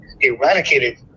eradicated